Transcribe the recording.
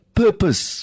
purpose